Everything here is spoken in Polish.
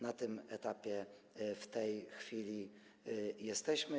Na tym etapie w tej chwili jesteśmy.